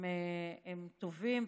הם טובים.